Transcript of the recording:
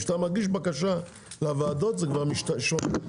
כשאתה מגיש בקשה לוועדות זה שונה.